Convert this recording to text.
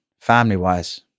family-wise